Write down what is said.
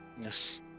yes